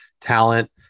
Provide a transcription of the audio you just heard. talent